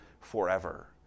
forever